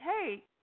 hey